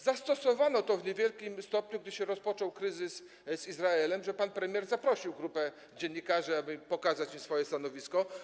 Zastosowano to w niewielkim stopniu, gdy rozpoczął się kryzys z Izraelem - pan premier zaprosił grupę dziennikarzy, aby przedstawić im swoje stanowisko.